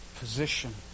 position